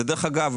דרך אגב,